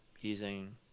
using